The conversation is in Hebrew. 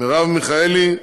מרב מיכאלי,